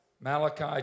Malachi